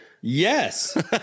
Yes